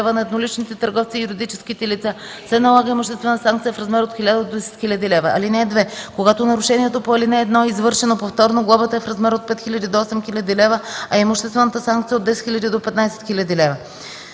на едноличните търговци и юридическите лица се налага имуществена санкция в размер от 1000 до 10 000 лв. (2) Когато нарушението по ал. 1 е извършено повторно, глобата е в размер от 5000 до 8000 лв., а имуществената санкция – от 10 000 до 15 000 лв.”